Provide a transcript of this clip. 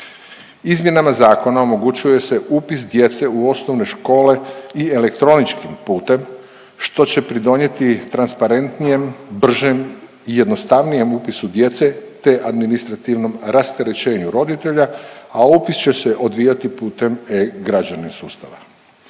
Izmjenama zakona omogućuje se upis djece u osnovne škole i elektroničkim putem što će pridonijeti transparentnijem, bržem i jednostavnijem upisu djece, te administrativnom rasterećenju roditelja, a upis će se odvijati putem e-građanin sustava.